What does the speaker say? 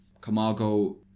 Camargo